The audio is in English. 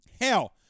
Hell